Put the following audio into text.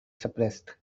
suppressed